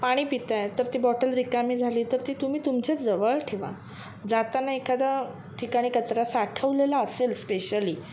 पाणी पिताय तर ती बॉटल रिकामी झाली तर ती तुम्ही तुमच्याचवळ ठेवा जाताना एखादा ठिकाणी कचरा साठवलेला असेल स्पेशली